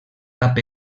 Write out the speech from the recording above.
cap